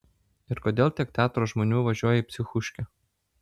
ir kodėl tiek teatro žmonių važiuoja į psichuškę